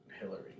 Hillary